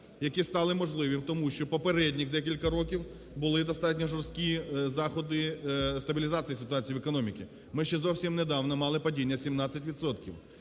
які стали можливі, тому що попередні декілька років були достатньо жорсткі заходи стабілізації ситуації в економіці. Ми ще зовсім недавно мали падіння 17